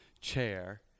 chair